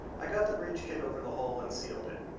i got the breach kit over the hole and sealed it.